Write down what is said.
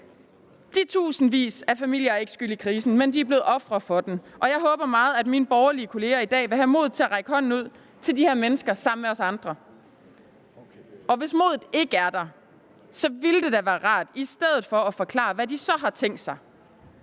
De titusindvis af familier er ikke skyld i krisen, men de er blevet ofre for den, og jeg håber meget, at mine borgerlige kollegaer i dag vil have modet til at række hånden ud til de her mennesker sammen med os andre. Og hvis modet ikke er der, ville det da være rart, hvis de i stedet for forklarede, hvad de så har tænkt sig.